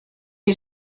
est